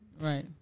right